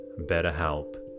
BetterHelp